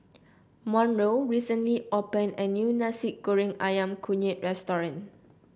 Monroe recently opened a new Nasi Goreng ayam kunyit restaurant